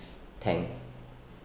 tank